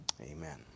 Amen